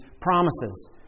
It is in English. promises